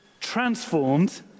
transformed